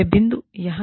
यह बिंदु यहां सही है